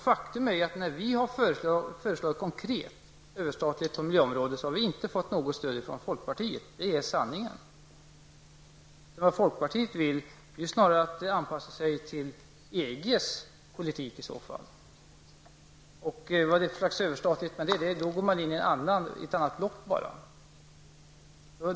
Faktum är ju att vi när vi, har föreslagit konkreta överstatliga beslut på miljöområdet, inte har fått något stöd från folkpartiet. Det är sanningen. Vad folkpartiet vill är i så fall snarare att anpassa sig till EGs politik. Jag förstår inte vad det är som är överstatligt med de besluten, eftersom man då bara går in i ett annat block.